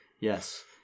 Yes